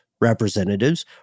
representatives